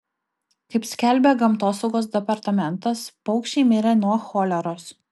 kaip skelbia gamtosaugos departamentas paukščiai mirė nuo choleros